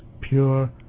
pure